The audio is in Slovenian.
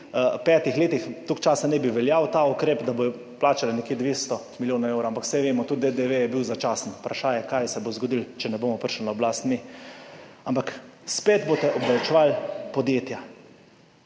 petih letih, toliko časa naj bi veljal ta ukrep, boste plačali nekje 200 milijonov evrov, ampak saj vemo, tudi DDV je bil začasen, vprašanje, kaj se bo zgodilo, če ne bomo prišli na oblast mi, ampak spet boste obdavčevali podjetja.